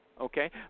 Okay